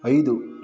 ಐದು